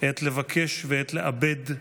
עת לבקש ועת לאבד,